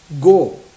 go